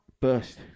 burst